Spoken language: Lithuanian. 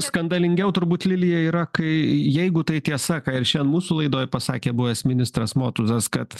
skandalingiau turbūt lilija yra kai jeigu tai tiesa ką ir šiandien mūsų laidoj pasakė buvęs ministras motuzas kad